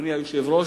אדוני היושב-ראש,